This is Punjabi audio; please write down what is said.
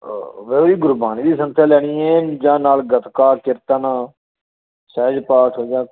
ਵਾਹਿਗੁਰੂ ਜੀ ਗੁਰਬਾਣੀ ਦੀ ਸੰਥਿਆ ਲੈਣੀ ਏ ਜਾਂ ਨਾਲ ਗਤਕਾ ਕੀਰਤਨ ਸਹਿਜ ਪਾਠ ਹੈਗਾ